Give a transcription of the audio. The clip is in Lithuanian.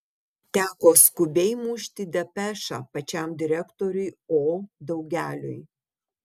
teko skubiai mušti depešą pačiam direktoriui o daugeliui